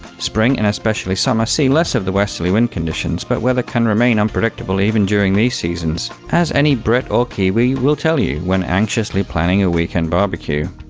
spring and especially summer see less of the westerly wind conditions, but weather can remain unpredictable even during these seasons, as any brit or kiwi will tell you when anxiously planning a weekend barbeque.